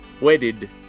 wedded